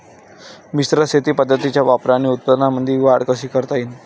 मिश्र शेती पद्धतीच्या वापराने उत्पन्नामंदी वाढ कशी करता येईन?